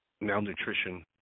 malnutrition